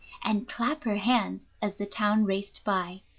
and clap her hands as the town raced by.